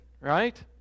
right